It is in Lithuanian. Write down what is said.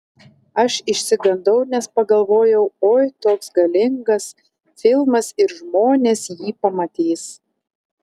aš išsigandau nes pagalvojau oi toks galingas filmas ir žmonės jį pamatys